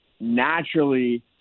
naturally